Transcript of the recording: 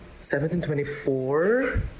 1724